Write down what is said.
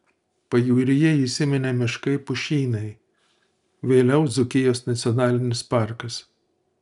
pajūryje įsiminė miškai pušynai vėliau dzūkijos nacionalinis parkas